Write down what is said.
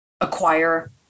acquire